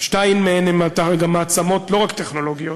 שתיים מהן הן גם מעצמות לא רק טכנולוגיות,